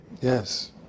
Yes